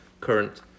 current